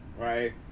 right